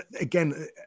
again